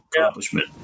accomplishment